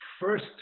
first